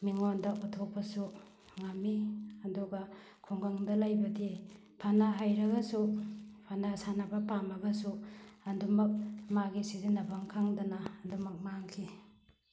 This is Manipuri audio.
ꯃꯤꯉꯣꯟꯗ ꯎꯠꯊꯣꯛꯄꯁꯨ ꯉꯝꯃꯤ ꯑꯗꯨꯒ ꯈꯨꯡꯒꯪꯗ ꯂꯩꯕꯗꯤ ꯐꯅ ꯍꯩꯔꯒꯁꯨ ꯐꯅ ꯁꯥꯟꯅꯕ ꯄꯥꯝꯃꯒꯁꯨ ꯑꯗꯨꯝꯃꯛ ꯃꯥꯒꯤ ꯁꯤꯖꯤꯟꯅꯐꯝ ꯈꯪꯗꯅ ꯑꯗꯨꯝꯃꯛ ꯃꯥꯡꯈꯤ